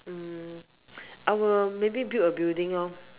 mm I will maybe build a building loh